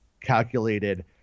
calculated